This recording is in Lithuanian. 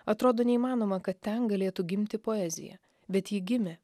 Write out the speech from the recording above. atrodo neįmanoma kad ten galėtų gimti poezija bet ji gimė